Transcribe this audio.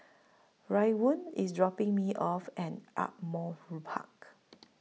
Raekwon IS dropping Me off At Ardmore Park